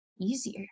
easier